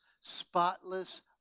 spotless